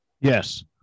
Yes